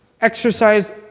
exercise